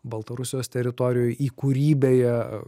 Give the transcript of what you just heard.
baltarusijos teritorijoj į kurį beje